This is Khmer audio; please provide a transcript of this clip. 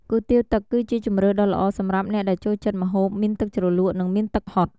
គុយទាវទឹកគឺជាជម្រើសដ៏ល្អសម្រាប់អ្នកដែលចូលចិត្តម្ហូបមានទឹកជ្រលក់និងមានទឹកហុត។